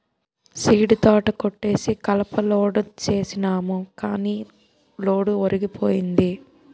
సీడీతోట కొట్టేసి కలపని లోడ్ సేసినాము గాని లోడు ఒరిగిపోయింది